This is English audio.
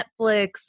Netflix